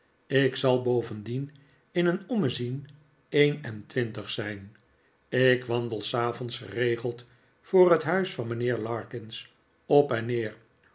ik zal bovendien in een ommezien een en twintig zijn ik wandel s avonds geregeld voor het huis van mijnheer larkins op en neer